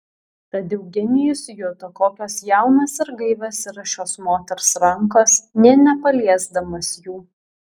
tad eugenijus juto kokios jaunos ir gaivios yra šios moters rankos nė nepaliesdamas jų